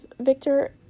Victor